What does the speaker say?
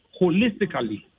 holistically